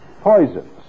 poisons